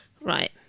Right